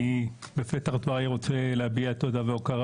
בפתח דבריי אני רוצה להביע תודה והוקרה